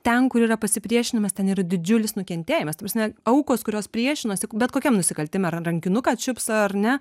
ten kur yra pasipriešinimas ten yra didžiulis nukentėjimas ta prasme aukos kurios priešinosi bet kokiam nusikaltime ar rankinuką čiups ar ne